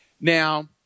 Now